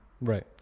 right